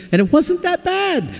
and it wasn't that bad.